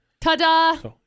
Ta-da